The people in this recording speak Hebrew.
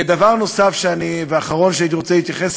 דבר נוסף ואחרון שהייתי רוצה להתייחס